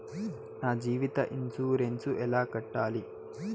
నా జీవిత ఇన్సూరెన్సు ఎలా కట్టాలి?